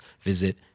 visit